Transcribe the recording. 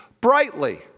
brightly